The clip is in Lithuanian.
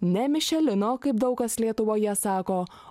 ne mišelino kaip daug kas lietuvoje sako